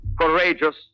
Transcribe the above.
courageous